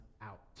out